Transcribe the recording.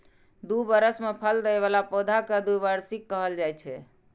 दू बरस मे फल दै बला पौधा कें द्विवार्षिक कहल जाइ छै